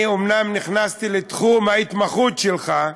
אני אומנם נכנסתי לתחום ההתמחות שלך,